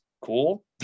cool